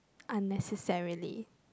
unnecessarily